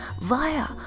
via